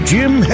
Jim